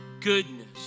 goodness